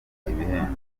ibihembo